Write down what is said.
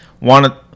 wanted